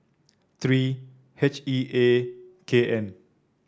three H E A K N